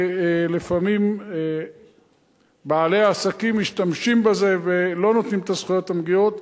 לפעמים בעלי העסקים משתמשים בזה ולא נותנים את הזכויות המגיעות.